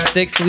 six